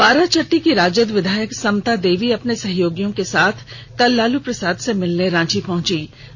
बाराचट्टी की राजद विधायक समता देवी अपने सहयोगियों के साथ कल लालू प्रसाद से मिलने रांची पहुंचीं